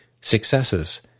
successes